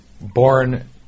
born